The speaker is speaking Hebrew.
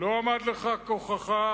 לא עמד לך כוחך.